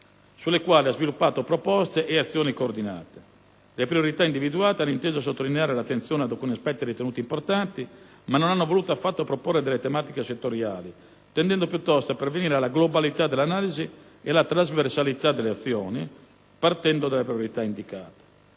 sulle quali ha sviluppato proposte ed azioni coordinate. Le priorità individuate hanno inteso sottolineare l'attenzione ad alcuni aspetti ritenuti importanti, ma non hanno voluto affatto proporre delle tematiche settoriali, tendendo piuttosto a pervenire alla globalità dell'analisi e alla trasversalità delle azioni partendo dalle priorità indicate.